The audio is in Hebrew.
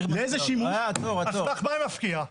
על סמך מה היא הפקיעה?